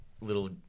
little